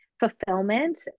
fulfillment